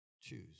Choose